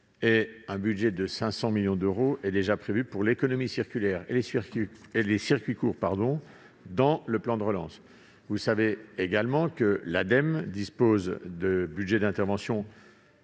un budget de 500 millions d'euros est déjà prévu pour l'économie circulaire et les circuits courts dans le plan de relance. Par ailleurs, l'Ademe dispose de budgets d'intervention